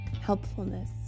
Helpfulness